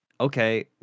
okay